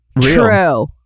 true